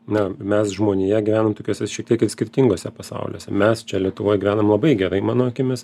na mes žmonija gyvenam tokiuose šiek tiek ir skirtinguose pasauliuose mes čia lietuvoj gyvenam labai gerai mano akimis